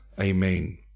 Amen